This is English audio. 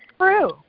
true